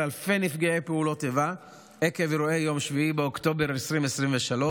אלפי נפגעי פעולות איבה עקב אירועי יום 7 באוקטובר 2023,